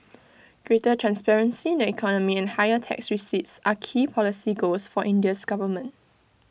greater transparency in the economy and higher tax receipts are key policy goals for India's government